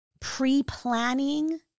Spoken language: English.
pre-planning